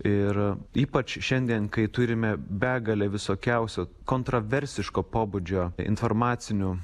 ir ypač šiandien kai turime begalę visokiausių kontroversiško pobūdžio informacinių